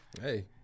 Hey